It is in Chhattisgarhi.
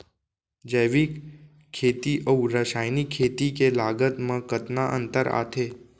जैविक खेती अऊ रसायनिक खेती के लागत मा कतना अंतर आथे?